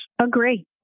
Agree